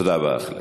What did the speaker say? תודה רבה, אייכלר.